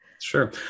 Sure